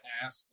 ass